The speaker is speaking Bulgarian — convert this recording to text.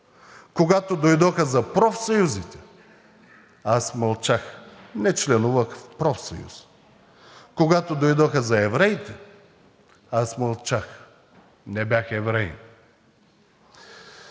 Когато дойдоха за профсъюзите, аз мълчах, не членувах в профсъюзи. Когато дойдоха за евреите, аз мълчах, не бях евреин.